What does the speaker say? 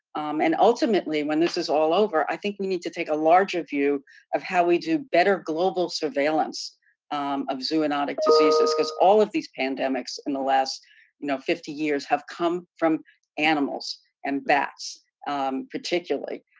and ultimately when this is all over, i think we need to take a larger view of how we do better global surveillance of zoonotic diseases. because all of these pandemics in the last you know fifty years have come from animals and bats particularly.